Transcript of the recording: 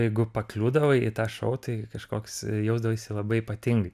jeigu pakliūdavai į tą šou tai kažkoks jausdavaisi labai ypatingai